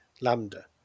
Lambda